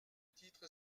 titre